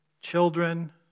children